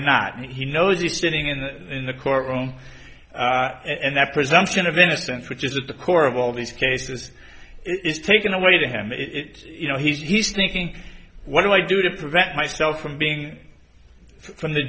or not and he knows he's sitting in the in the courtroom and that presumption of innocence which is at the core of all these cases it's taken away to him it you know he's thinking what do i do to prevent myself from being from the